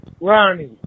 Ronnie